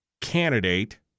candidate